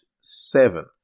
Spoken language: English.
seven